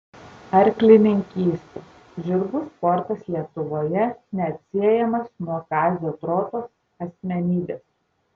arklininkystė žirgų sportas lietuvoje neatsiejamas nuo kazio trotos asmenybės